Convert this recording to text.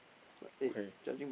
okay